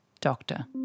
doctor